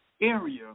area